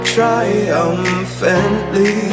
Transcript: Triumphantly